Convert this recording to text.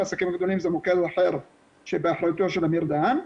בעסקים הגדולים זה מוקד אחר שבאחריותו של אמיר דהן,